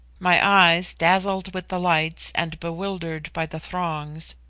my eyes, dazzled with the lights and bewildered by the throngs,